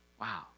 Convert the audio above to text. wow